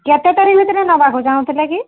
କେତେ ତାରିଖ ଭିତରେ ନେବାକୁ ଚାହୁଁଥିଲେ କି